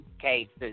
cases